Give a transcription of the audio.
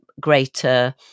greater